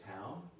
town